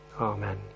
Amen